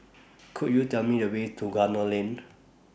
Could YOU Tell Me The Way to Gunner Lane